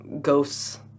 Ghosts